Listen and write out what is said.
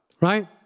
right